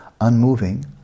unmoving